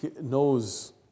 knows